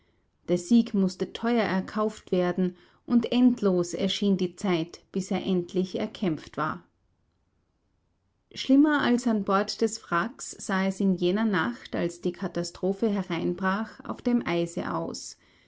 der sieg mußte teuer erkauft werden und endlos erschien die zeit bis er endlich erkämpft war schlimmer als an bord des wracks sah es in jener nacht als die katastrophe hereinbrach auf dem eise aus